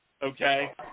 Okay